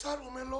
משרד האוצר אמר לו: